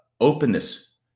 openness